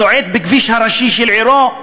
צועד בכביש הראשי של עירו,